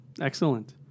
Excellent